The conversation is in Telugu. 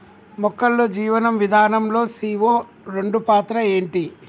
మొక్కల్లో జీవనం విధానం లో సీ.ఓ రెండు పాత్ర ఏంటి?